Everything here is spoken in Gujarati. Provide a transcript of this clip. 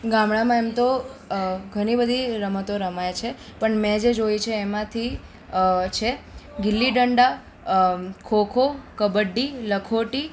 ગામડામાં એમ તો અ ઘણી બધી રમતો રમાય છે પણ મેં જે જોઈ છે એમાંથી છે ગિલીદંડા ખો ખો કબડ્ડી લખોટી